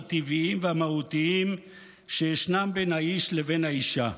הטבעיים והמהותיים שישנם בין האיש לבין האישה,